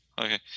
Okay